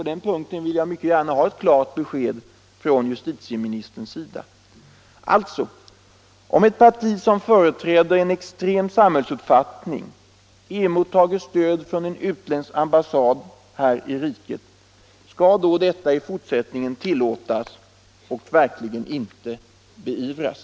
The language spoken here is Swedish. På den punkten vill jag mycket gärna ha ett klart besked från — redovisa penningbijustitieministern. Alltså: Om ett parti som företräder en extrem sam = drag, m.m. hällsuppfattning emottager stöd från utländska ambassader i riket, skall detta då tillåtas och verkligen inte beivras?